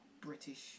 British